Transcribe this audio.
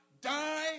die